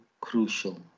crucial